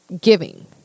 giving